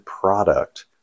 product